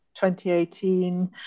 2018